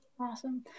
Awesome